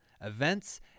events